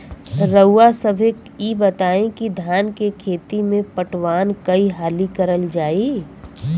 रउवा सभे इ बताईं की धान के खेती में पटवान कई हाली करल जाई?